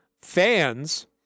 fans –